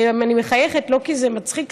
אני מחייכת לא כי זה מצחיק,